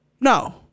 No